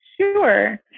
Sure